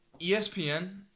ESPN